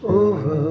over